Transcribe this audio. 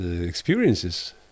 experiences